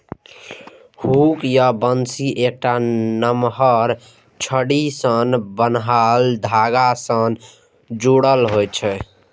hook या बंसी एकटा नमहर छड़ी सं बान्हल धागा सं जुड़ल होइ छै